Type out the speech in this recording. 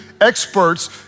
experts